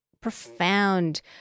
profound